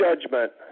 judgment